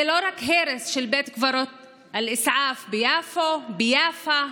זה לא רק הרס של בית קברות אל-אסעאף ביפו, ביאפא,